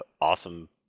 awesome